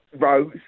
Rose